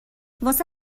واسه